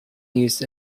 used